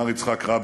אמר יצחק רבין: